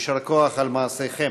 יישר כוח על מעשיכם.